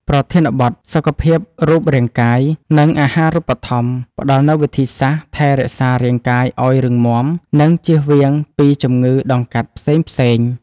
ប្រធានបទ សុខភាពរូបរាងកាយ និងអាហារូបត្ថម្ភ ផ្ដល់នូវវិធីសាស្ត្រថែរក្សារាងកាយឱ្យរឹងមាំ និងជៀសឆ្ងាយពីជំងឺដង្កាត់ផ្សេងៗ។